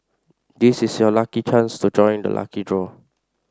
this is your lucky chance to join the lucky draw